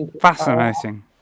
fascinating